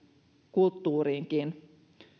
kulttuuriinkin